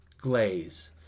glaze